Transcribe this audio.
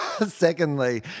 Secondly